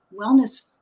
wellness